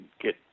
get